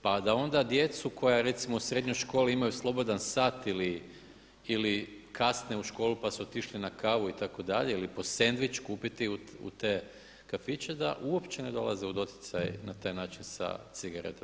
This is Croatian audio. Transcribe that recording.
Pa da onda djecu koja recimo u srednjoj školi imaju slobodan sat ili kasne u školu pa su otišli na kavu itd., ili po sendvič kupiti u te kafiće da uopće ne dolaze u doticaj na taj način sa cigaretom.